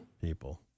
People